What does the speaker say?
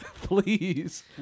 please